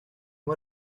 moi